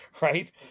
right